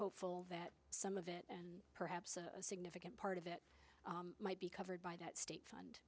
hopeful that some of it perhaps a significant part of it might be covered by that state fund